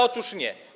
Otóż nie.